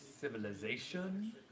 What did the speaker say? civilization